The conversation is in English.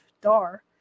Dar